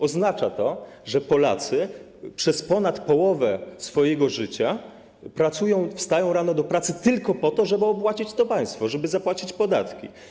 Oznacza to, że Polacy przez ponad połowę swojego życia pracują, wstają rano do pracy tylko po to, żeby opłacić to państwo, żeby zapłacić podatki.